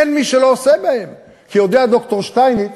אין מי שלא עושה בהם, כי יודע ד"ר שטייניץ